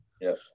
Yes